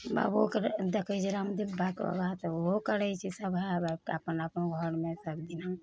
बाबोके देखै छै रामदेव बाबाके योगा तऽ ओहो करै छै सब आबि आबिके अपन अपन घरमे सबदिना